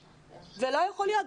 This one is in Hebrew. זה לא יכול להיות.